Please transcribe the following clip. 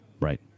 Right